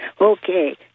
Okay